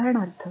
उदाहरणार्थ